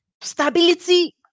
stability